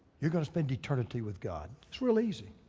you're gonna spend eternity with god? it's real easy.